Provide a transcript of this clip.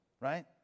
right